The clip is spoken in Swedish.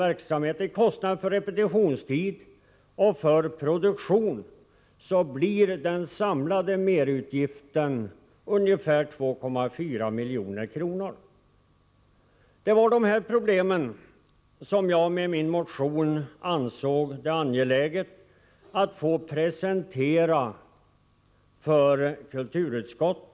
Inräknas även kostnaderna för repetitionstid och produktion, blir den samlade merutgiften ungefär 2,4 miljoner. Jag ansåg det angeläget att genom min motion presentera de här problemen för kulturutskottet.